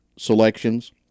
Selections